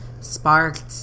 sparked